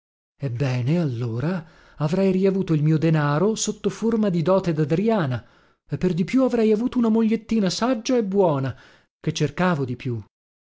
ebbene allora avrei riavuto il mio denaro sotto forma di dote dadriana e per di più avrei avuto una mogliettina saggia e buona che cercavo di più